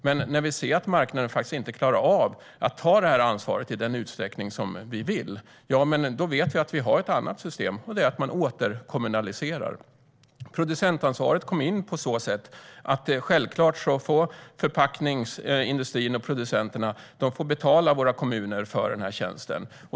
Men när vi ser att marknaden faktiskt inte klarar av att ta detta ansvar i den utsträckning som vi vill vet vi att vi har ett annat system, nämligen att återkommunalisera. Producentansvaret kommer in på så sätt att förpackningsindustrin och producenterna självfallet får betala våra kommuner för denna tjänst.